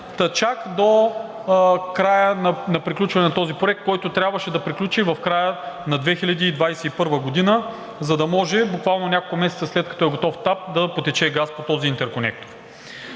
та чак до края на приключване на този проект, който трябваше да приключи в края на 2021 г., за да може буквално няколко месеца, след като е готов ТАП, да потече газ по този интерконектор.